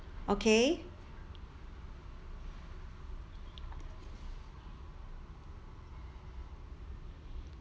okay